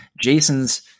Jason's